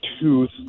tooth